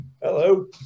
hello